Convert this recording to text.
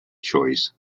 choice